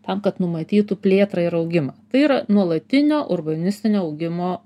tam kad numatytų plėtrą ir augimą tai yra nuolatinio urbanistinio augimo